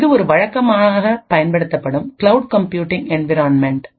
இது ஒரு வழக்கமான பயன்படுத்தப்படும் கிளவுட் கம்ப்யூட்டிங் என்விரான்மென்ட்